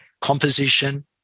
composition